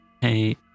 Hey